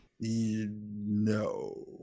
No